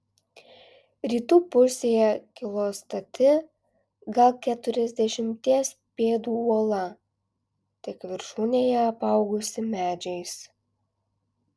rytų pusėje kilo stati gal keturiasdešimties pėdų uola tik viršūnėje apaugusi medžiais